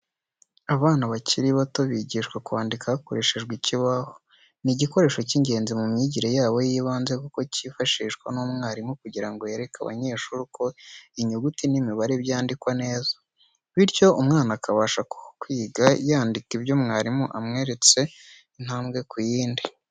Abana bakiri bato bigishwa kwandika hakoreshejwe ikibaho. Ni igikoresho cy'ingenzi mu myigire yabo y'ibanze kuko cyifashishwa n'umwarimu kugira ngo yereke abanyeshuri uko inyuguti n'imibare byandikwa neza, bityo umwana akabasha kwiga yandika ibyo mwarimu amweretse intambwe ku yindi.